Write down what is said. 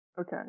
Okay